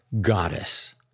Goddess